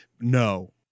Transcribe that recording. no